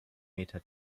meter